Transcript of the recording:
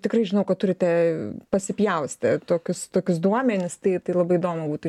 tikrai žinau kad turite pasipjaustę tokius tokius duomenis tai labai įdomu būtų